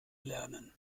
lernen